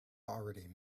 already